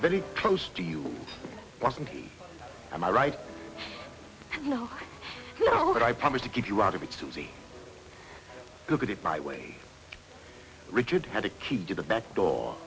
very close to you wasn't he and i right now no but i promise to keep you out of it susie look at it my way richard had a key to the back door